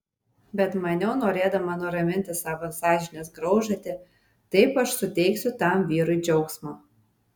bet maniau norėdama nuraminti savo sąžinės graužatį taip aš suteiksiu tam vyrui džiaugsmo